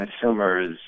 consumers